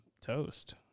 toast